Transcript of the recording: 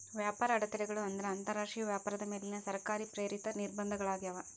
ವ್ಯಾಪಾರ ಅಡೆತಡೆಗಳು ಅಂದ್ರ ಅಂತರಾಷ್ಟ್ರೇಯ ವ್ಯಾಪಾರದ ಮೇಲಿನ ಸರ್ಕಾರ ಪ್ರೇರಿತ ನಿರ್ಬಂಧಗಳಾಗ್ಯಾವ